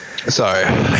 Sorry